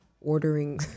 ordering